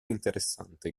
interessante